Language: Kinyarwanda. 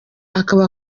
akaba